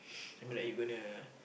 I mean like you're gonna